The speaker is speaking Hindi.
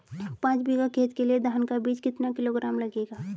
पाँच बीघा खेत के लिये धान का बीज कितना किलोग्राम लगेगा?